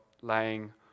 laying